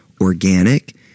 organic